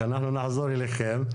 ביקשנו נתונים,